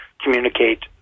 communicate